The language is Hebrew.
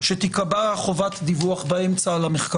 שתיקבע על המחקר חובת דיווח באמצע.